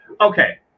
Okay